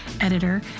editor